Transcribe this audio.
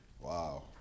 Wow